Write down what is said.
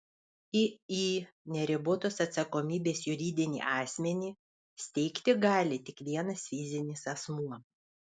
iį neribotos atsakomybės juridinį asmenį steigti gali tik vienas fizinis asmuo